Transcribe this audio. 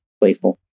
playful